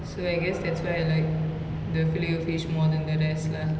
so I guess that's why I like the fillet O fish more than the rest lah